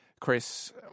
Chris